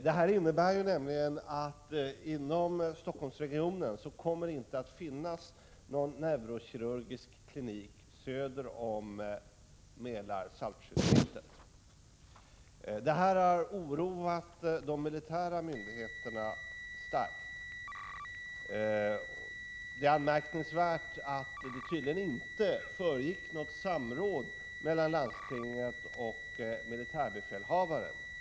Det här innebär ju att det i Stockholmsregionen inte kommer att finnas någon neurokirurgisk klinik söder om Mälar—Saltsjö-snittet, och det har starkt oroat de militära myndigheterna. Det är anmärkningsvärt att beslutet tydligen inte föregåtts av något samråd mellan landstinget och militärbefälhavaren.